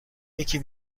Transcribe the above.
یکی